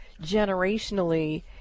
generationally